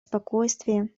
спокойствие